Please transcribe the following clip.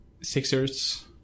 Sixers